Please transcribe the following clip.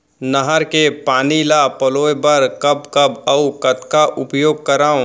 नहर के पानी ल पलोय बर कब कब अऊ कतका उपयोग करंव?